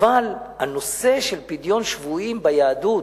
הנושא של פדיון שבויים ביהדות